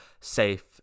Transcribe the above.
safe